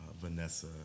Vanessa